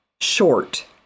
short